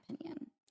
opinion